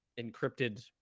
encrypted